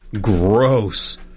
Gross